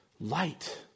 light